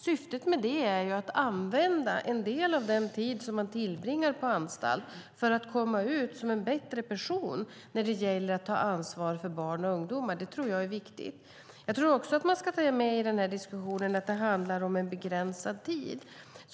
Syftet är att använda en del av tiden på anstalt för att komma ut som en bättre person när det gäller att ta ansvar för barn och ungdomar. I diskussionen ska man också ta med att det handlar om en begränsad tid.